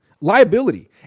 liability